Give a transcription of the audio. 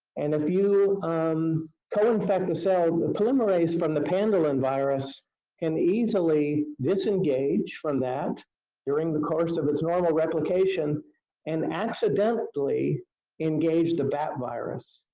and if you um co-infect the cell. polymerase from the pendolin virus and can easily disengage from that during the course of its normal replication and accidentally engage the bat virus.